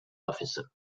officer